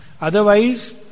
Otherwise